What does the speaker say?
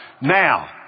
Now